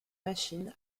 machine